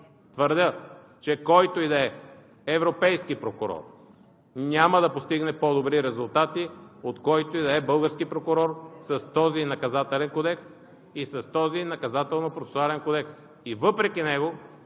Твърдя, че който и да е европейски прокурор няма да постигне по-добри резултати от който и да е български прокурор с този Наказателен кодекс и с този Наказателно-процесуален кодекс! И въпреки него,